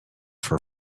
for